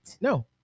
No